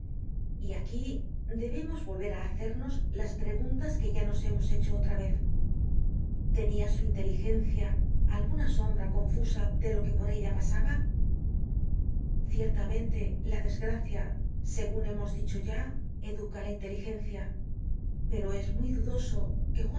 y aquí debemos volver á hacernos las preguntas que ya nos hemos hecho otra vez tenia en su inteligencia alguna sombra confusa de lo que por ella pasaba ciertamente la desgracia segun hémos dicho ya educa la inteligencia pero es muy dudoso que